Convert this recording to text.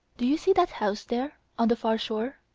do you see that house there, on the far shore?